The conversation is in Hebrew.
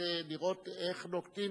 לראות איך נוקטים